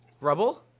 rubble